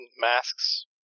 Masks